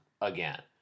again